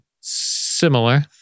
Similar